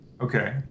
Okay